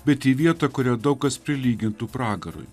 bet į vietą kurią daug kas prilygintų pragarui